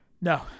No